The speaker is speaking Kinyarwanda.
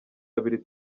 abiri